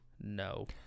No